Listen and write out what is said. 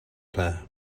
clair